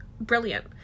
brilliant